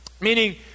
Meaning